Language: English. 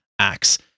acts